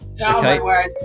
okay